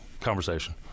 conversation